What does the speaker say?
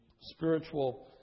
spiritual